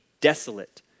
desolate